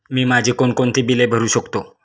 मी माझी कोणकोणती बिले भरू शकतो?